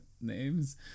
names